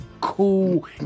cool